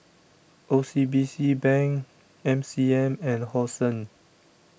O C B C Bank M C M and Hosen